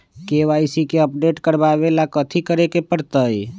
KYC के update करवावेला कथि करें के परतई?